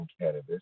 cannabis